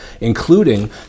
including